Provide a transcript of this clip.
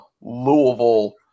Louisville